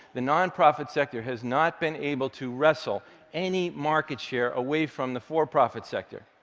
the nonprofit sector has not been able to wrestle any market share away from the for-profit sector.